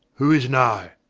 who is nigh?